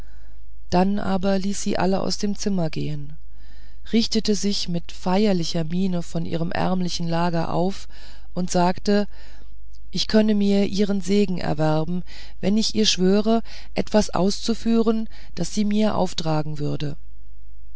dann aber ließ sie alle aus dem zimmer gehen richtete sich mit feierlicher miene von ihrem ärmlichen lager auf und sagte ich könne mir ihren segen erwerben wenn ich ihr schwöre etwas auszuführen das sie mir auftragen würde